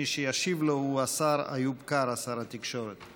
מי שישיב לו הוא השר איוב קרא, שר התקשורת.